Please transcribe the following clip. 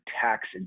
tax